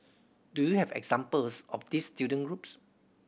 do you have examples of these student groups